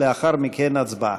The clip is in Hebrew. לאחר מכן, הצבעה.